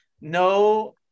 No